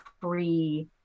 free